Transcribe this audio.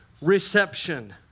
reception